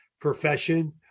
profession